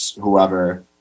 whoever